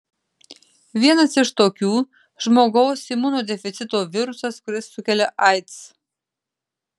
vienas iš tokių žmogaus imunodeficito virusas kuris sukelia aids